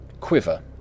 Quiver